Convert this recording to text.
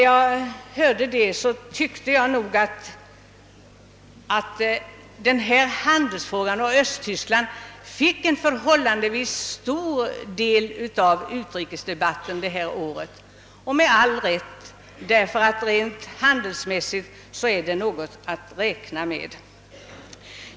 Jag tyckte att denna fråga om handeln med Östtyskland ägnades en förhållandevis stor del av utrikesdebatten, och det med all rätt. Rent handelsmässigt är denna marknad något att räkna med.